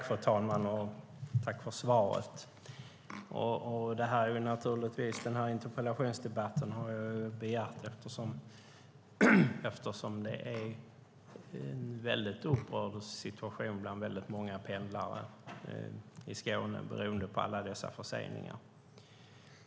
Fru talman! Tack för svaret! Jag har begärt denna interpellationsdebatt eftersom det är en väldigt upprörd stämning bland många pendlare i Skåne beroende på alla dessa förseningar.